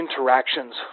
interactions